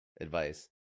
advice